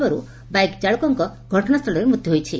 ହେବାର୍ ବାଇକ ଚାଳକଙ୍କ ସଂଘ ଘଟଶାସ୍ଚଳରେ ମୃତ୍ୟୁ ହୋଇଛି